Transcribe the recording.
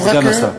סגן השר.